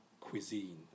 cuisine